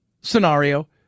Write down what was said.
Scenario